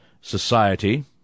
society